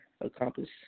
accomplish